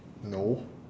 no